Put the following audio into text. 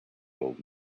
old